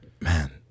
Man